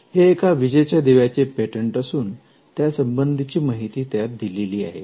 हे एका विजेच्या दिव्याचे पेटंट असून त्यासंबंधीची माहिती यात दिलेली आहे